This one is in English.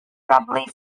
probably